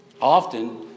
often